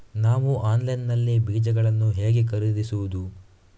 ನಾವು ಆನ್ಲೈನ್ ನಲ್ಲಿ ಬೀಜಗಳನ್ನು ಹೇಗೆ ಖರೀದಿಸುವುದು?